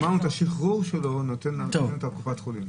כן, אבל את השחרור שלו נותן הרופא בקופת החולים.